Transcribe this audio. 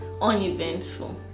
uneventful